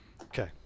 Okay